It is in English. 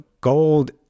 gold